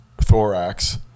thorax